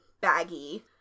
baggy